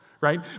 right